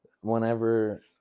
Whenever